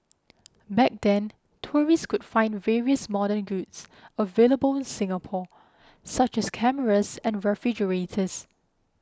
back then tourists could find various modern goods available in Singapore such as cameras and refrigerators